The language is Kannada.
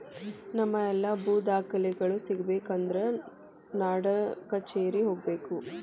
ನಮ್ಮ ಎಲ್ಲಾ ಭೂ ದಾಖಲೆಗಳು ಸಿಗಬೇಕು ಅಂದ್ರ ನಾಡಕಛೇರಿಗೆ ಹೋಗಬೇಕು